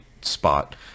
spot